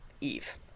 Eve